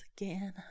again